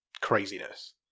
craziness